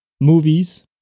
movies